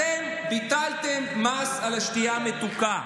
אתם ביטלתם מס על השתייה המתוקה.